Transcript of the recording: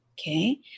okay